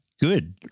good